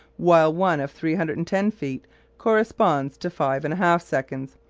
while one of three hundred and ten feet corresponds to five and a half seconds.